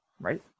right